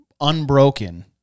unbroken